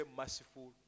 merciful